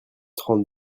trente